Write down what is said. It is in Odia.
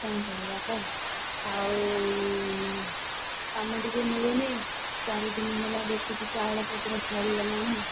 କ'ଣ କରିବା କହ ଆଉ କାମ ଟିକେ ମିଳୁନି ଚାରିଦିନ ହେଲା ଦେଖୁଛୁ ଚାଉଳ ପତ୍ର ସରିଗଲାଣି